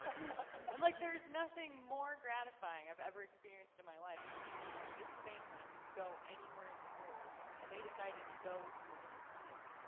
um and like there's nothing more gratifying i've ever experienced in my life than feeling like this family could anywhere in the world and they decided to go to a museum.